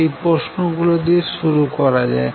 এই প্রশ্নগুলি দিয়ে শুরু করা যাক